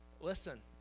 listen